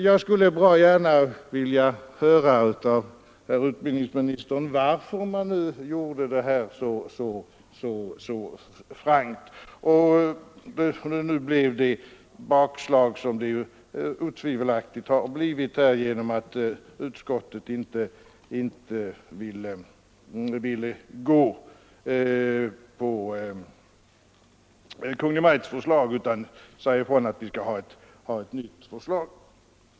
Jag skulle bra gärna vilja höra av herr utbildningsministern varför man gjorde detta så frankt med ett sådant bakslag som det nu otvivelaktigt har blivit genom att utskottet inte velat ansluta sig till Kungl. Maj:ts förslag utan sagt ifrån att vi skall ha ett nytt förslag.